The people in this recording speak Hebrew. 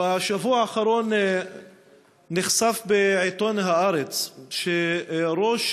בשבוע האחרון נחשף בעיתון "הארץ" שראש